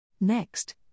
Next